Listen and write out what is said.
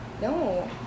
No